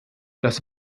das